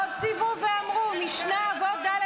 "ועוד צוו ואמרו" משנה אבות ד',